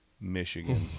Michigan